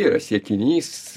yra siekinys